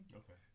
okay